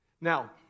Now